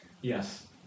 Yes